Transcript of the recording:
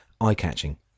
eye-catching